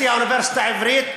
אי-אפשר להשוות, אז בסדר, הערת.